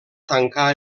tancar